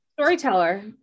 Storyteller